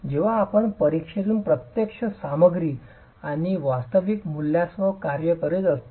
जेव्हा आपण परीक्षेतून प्रत्यक्ष सामग्री आणि वास्तविक मूल्यांसह कार्य करीत असता